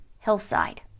hillside